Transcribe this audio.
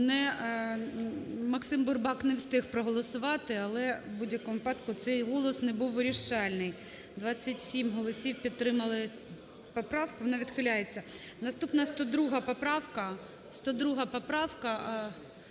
Максим Бурбак не встиг проголосувати, але в будь-якому випадку цей голос не був вирішальний. 27 голосів підтримали поправку, вона відхиляється. Наступна 102 поправка.